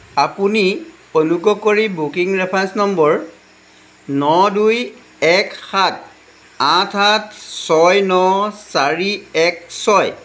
আপুনি অনুগ্ৰহ কৰি বুকিং ৰেফাৰেঞ্চ নম্বৰ ন দুই এক সাত আঠ আঠ ছয় ন চাৰি এক ছয়